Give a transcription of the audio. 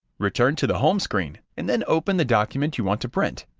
return to the home screen, and then open the document you want to print.